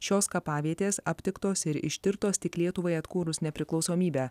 šios kapavietės aptiktos ir ištirtos tik lietuvai atkūrus nepriklausomybę